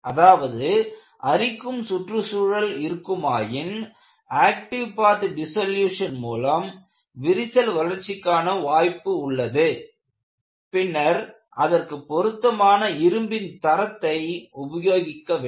அதாவது அரிக்கும் சுற்றுச்சூழல் இருக்குமாயின் ஆக்டிவ் பாத் டிசோலியேசன் மூலம் விரிசல் வளர்ச்சிக்கான வாய்ப்பு உள்ளது பின்னர் அதற்கு பொருத்தமான இரும்பின் தரத்தைப் உபயோகப்படுத்த வேண்டும்